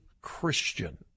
Christian